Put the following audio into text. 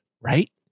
right